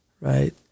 right